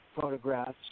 photographs